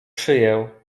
szyję